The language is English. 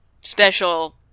special